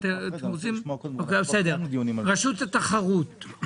רשות התחרות,